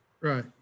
right